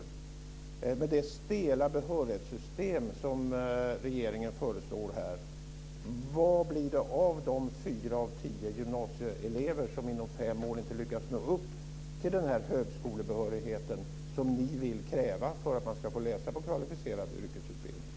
Vad blir det, med det stela behörighetssystem som regeringen här föreslår, av de fyra av tio gymnasieelever som inom fem år inte lyckas nå upp till den högskolebehörighet som ni vill kräva för att man ska få läsa på kvalificerad yrkesutbildning?